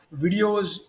videos